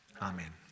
amen